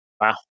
Wow